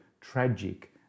tragic